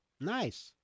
Nice